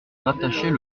rattachait